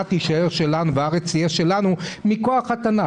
תישאר שלנו והארץ תהיה שלנו מכוח התנ"ך,